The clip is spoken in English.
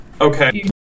okay